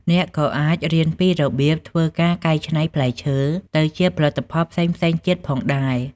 អ្នកក៏អាចរៀនពីរបៀបធ្វើការកែច្នៃផ្លែឈើទៅជាផលិតផលផ្សេងៗទៀតផងដែរ។